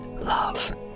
Love